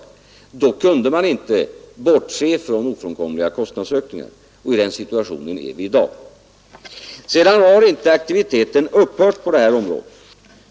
Och då kunde vi inte bortse från ofrånkomliga kostnadsökningar. I den situationen är vi också i dag. Aktiviteten har emellertid inte upphört på det här området.